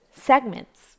segments